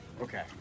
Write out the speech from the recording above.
Okay